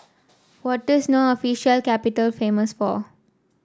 what this No official capital famous for